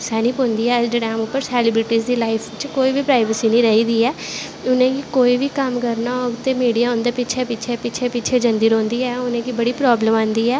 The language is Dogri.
सैह्नां पौंदी ऐ अज्ज दे टाईम उप्पर सैल्ब्रिटी दी लाईफ च कोई बी प्रारईवेसी नी रेह् दी ऐ उनेंगी कोई बी कम्म करनां होग ते मिडिया उंदे पिच्छें पिच्छें जंदी रौंह्दी ऐ उनेंगी बड़ा प्रावलम औंदी ऐ